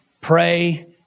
pray